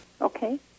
Okay